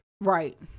Right